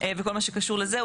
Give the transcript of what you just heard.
וכל מה שקשור לזה,